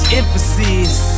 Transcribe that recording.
emphasis